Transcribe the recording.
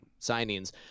signings